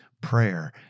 prayer